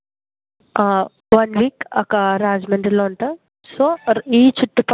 okay అండి అంటే ఇప్పుడు తను క్లాస్లో ఉందండి ఇప్పుడే పంపించాలా లేకపోతే రేపటి నుంచా మీరెళ్ళే రేపే వెళ్ళేది